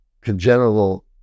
congenital